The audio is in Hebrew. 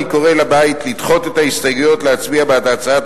אני קורא לבית לדחות את ההסתייגויות ולהצביע בעד הצעת